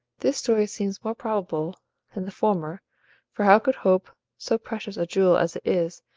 this story seems more probable than the former for how could hope, so precious a jewel as it is,